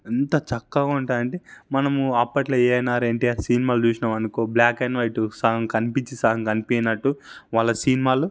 ఎంత చక్కగా ఉంటాయి అంటే మనము అప్పటిలో ఎఎన్ఆర్ ఎన్టీఆర్ సినిమాలు చూసినం అనుకో బ్లాక్ అండ్ వైటు సగం కనిపించి సగం కనిపియనట్టు వాళ్ళ సినిమాలు